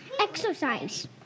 Exercise